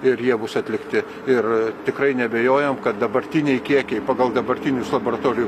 ir jie bus atlikti ir tikrai neabejojam kad dabartiniai kiekiai pagal dabartinius laboratorijų